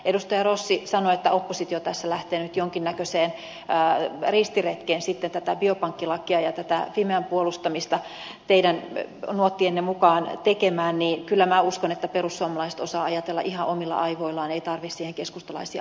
edustaja rossi sanoi että oppositio tässä lähtee nyt jonkinnäköiselle ristiretkelle tätä biopankkilakia ja tätä fimean puolustamista teidän nuottienne mukaan tekemään mutta kyllä minä uskon että perussuomalaiset osaavat ajatella ihan omilla aivoillaan eivät tarvitse siihen keskustalaisia aivoja